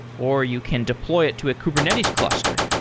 or you can deploy it to a kubernetes cluster,